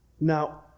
Now